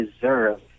deserve